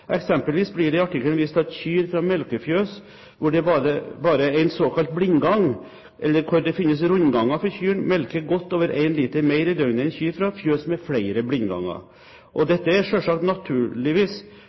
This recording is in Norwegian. Eksempelvis blir det i artikkelen vist til at kyr fra melkefjøs hvor det er bare én såkalt blindgang, eller hvor det finnes rundganger for kyrne, melker godt over 1 liter mer i døgnet enn kyr fra fjøs med flere blindganger.